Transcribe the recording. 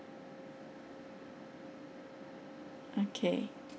okay